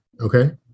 Okay